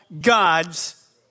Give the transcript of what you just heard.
God's